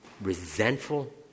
resentful